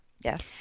Yes